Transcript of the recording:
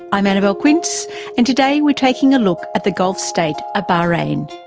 i'm annabelle quince and today we're taking a look at the gulf state of bahrain.